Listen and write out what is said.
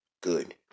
good